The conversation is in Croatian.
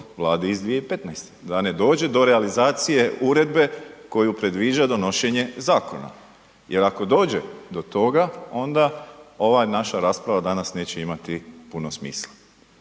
vladi iz 2015., da ne dođe do realizacije uredbe koju predviđa donošenje zakona. Jer ako dođe do toga onda ova naša rasprava danas neće imati puno smisla,